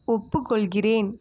ஒப்புக்கொள்கிறேன்